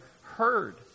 heard